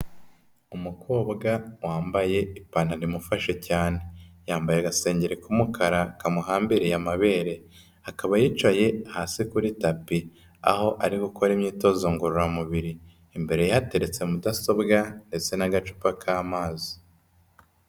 Umukobwa wambaye ipantaro imufashe cyane, yambaye agasengeri k'umukara kamuhambiriye amabere, akaba yicaye hasi kuri tapi aho ariho gukora imyitozo ngororamubiri, imbere ye hateretse mudasobwa ndetse n'agacupa k'amazi.